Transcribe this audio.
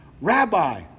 Rabbi